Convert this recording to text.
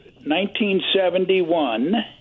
1971